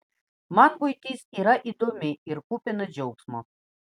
man buitis yra įdomi ir kupina džiaugsmo